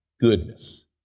goodness